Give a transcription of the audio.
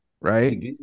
right